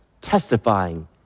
Testifying